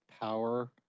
power